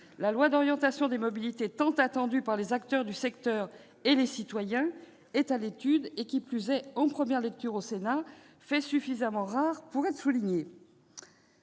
de loi d'orientation des mobilités, tant attendu par les acteurs du secteur et les citoyens, est à l'étude. Qui plus est, la première lecture commence devant le Sénat. Le fait est suffisamment rare pour être souligné